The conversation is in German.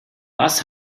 was